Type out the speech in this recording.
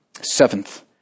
Seventh